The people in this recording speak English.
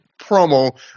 promo